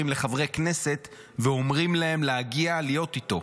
לחברי כנסת ואומרים להם להגיע להיות איתו.